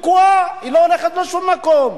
היא תקועה, היא לא הולכת לשום מקום.